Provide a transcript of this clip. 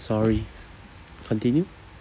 sorry continue